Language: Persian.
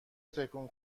تکون